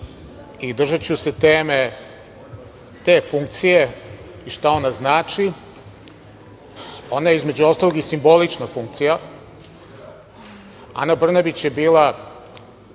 i držaću se teme te funkcije i šta ona znači. Ona je između ostalog i simbolična funkcija. Ana Brnabić je bila